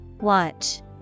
Watch